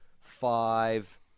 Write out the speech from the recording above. five